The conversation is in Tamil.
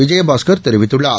விஜயபாஸ்கர் தெரிவித்துள்ளார்